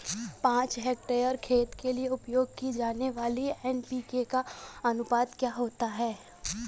पाँच हेक्टेयर खेत के लिए उपयोग की जाने वाली एन.पी.के का अनुपात क्या होता है?